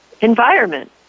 environment